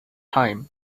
time